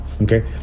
Okay